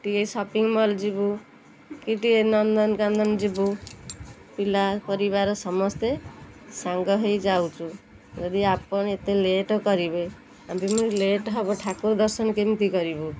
ଟିକେ shopping mall ଯିବୁ କି ଟିକେ ନନ୍ଦନକାନନ ଯିବୁ ପିଲା ପରିବାର ସମସ୍ତେ ସାଙ୍ଗ ହେଇଯାଉଛୁ ଯଦି ଆପଣ ଏତେ ଲେଟ୍ କରିବେ ଆମେ ଲେଟ୍ ହେବ ଠାକୁର ଦର୍ଶନ କେମିତି କରିବୁ